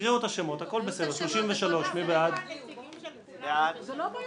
הרביזיה (30) לסעיף 1 לא נתקבלה.